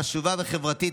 חשובה וחברתית,